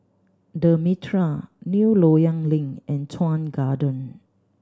The Mitraa New Loyang Link and Chuan Garden